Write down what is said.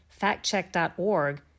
factcheck.org